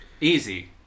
Easy